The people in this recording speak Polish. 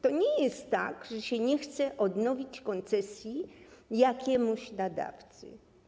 To nie jest tak, że się nie chce odnowić koncesji jakiemuś nadawcy.